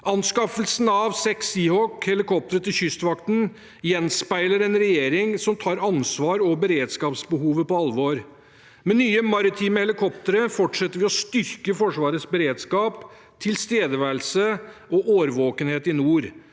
Anskaffelsen av seks Seahawk-helikoptre til Kystvakten gjenspeiler en regjering som tar ansvaret og beredskapsbehovet på alvor. Med nye maritime helikoptre fortsetter vi å styrke Forsvarets beredskap, tilstedeværelse og årvåkenhet i nord,